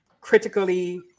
critically